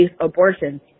abortion